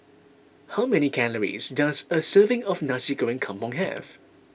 how many calories does a serving of Nasi Goreng Kampung have